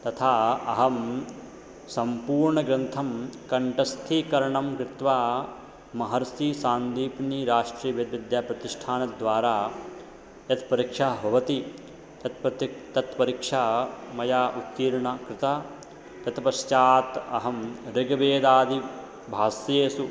तथा अहं सम्पूर्णग्रन्थं कण्ठस्थीकरणं कृत्वा महर्षिसान्दीपनीराष्ट्रीयवेदविद्याप्रतिष्ठानद्वारा यत्परिक्षाः भवति तत् प्रति परिक्षा मया उत्तीर्णा कृता तत् पश्चात् अहं ऋग्वेदादिभाष्येषु